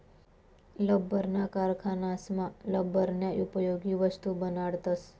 लब्बरना कारखानासमा लब्बरन्या उपयोगी वस्तू बनाडतस